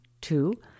two